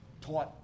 taught